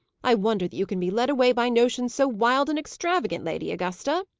i wonder that you can be led away by notions so wild and extravagant, lady augusta!